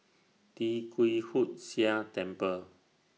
Tee Kwee Hood Sia Temple